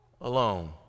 alone